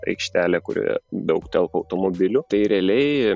aikštelė kurioje daug telpa automobilių tai realiai